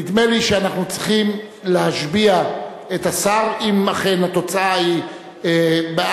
נדמה לי שאנחנו צריכים להשביע את השר אם אכן התוצאה היא בעד,